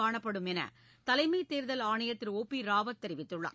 காணப்படும் என தலைமைத் தேர்தல் ஆணையர் திரு ஓ பி ராவத் தெரிவித்துள்ளார்